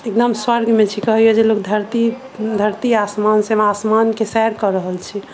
एकदम स्वर्ग मे छी कहैया जे लोग धरती धरती आसमान से आसमान के सैर कऽ रहल छी